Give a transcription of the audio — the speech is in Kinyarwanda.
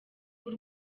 b’u